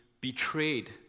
betrayed